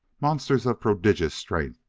monsters of prodigious strength,